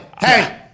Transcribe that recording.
Hey